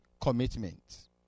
commitment